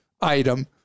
item